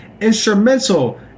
instrumental